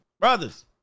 Brothers